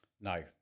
No